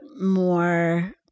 more